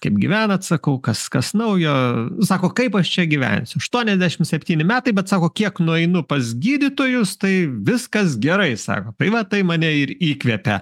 kaip gyvenat sakau kas kas naujo sako kaip aš čia gyvensiu aštuoniasdešim septyni metai bet sako kiek nueinu pas gydytojus tai viskas gerai sako tai va tai mane ir įkvepia